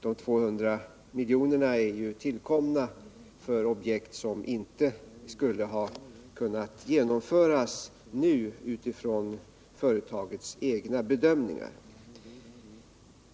De 200 miljonerna är tillkomna för objekt som inte skulle ha kunnat genomföras nu utifrån företagets egna bedömningar.